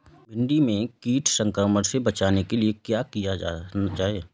भिंडी में कीट संक्रमण से बचाने के लिए क्या किया जाए?